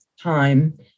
time